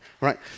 right